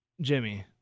Jimmy